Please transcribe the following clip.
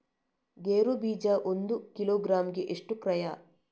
ಗೇರು ಬೀಜ ಒಂದು ಕಿಲೋಗ್ರಾಂ ಗೆ ಎಷ್ಟು ಕ್ರಯ?